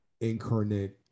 incarnate